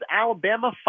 Alabama